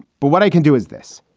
but what i can do is this.